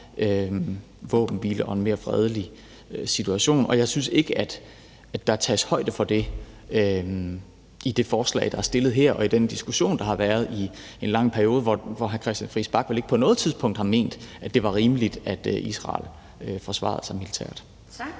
våbenhvile og en mere fredelig situation, og jeg synes ikke, at der tages højde for det i det forslag, der her er fremsat, og i den diskussion, der har været igennem en lang periode, hvor hr. Christian Friis Bach vel ikke på noget tidspunkt har ment, at det var rimeligt, at Israel forsvarede sig militært. Kl.